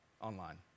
online